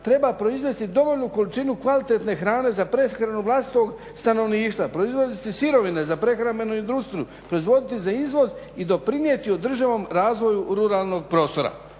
Treba proizvesti dovoljnu količinu kvalitetne hrane za prehranu vlastitog stanovništva, proizvoditi sirovine za prehrambenu industriju, proizvoditi za izvoz i doprinijeti održivom razvoju ruralnog prostora.